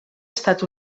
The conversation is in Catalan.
estat